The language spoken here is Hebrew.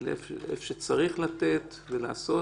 איפה שצריך לתת ולעשות,